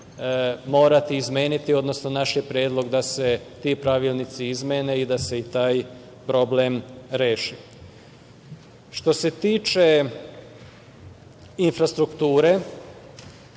morati izmeniti, odnosno naš je predlog da se ti pravilnici izmene i da se i taj problem reši. Što se tiče infrastrukture,